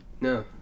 No